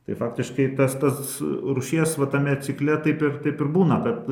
tai faktiškai tas tas rūšies va tame cikle taip ir taip ir būna kad